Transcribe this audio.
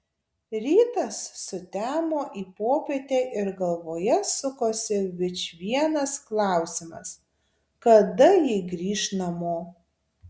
rytas sutemo į popietę ir galvoje sukosi vičvienas klausimas kada ji grįš namo